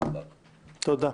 תודה.